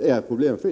är problemfritt.